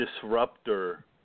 disruptor